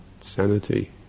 sanity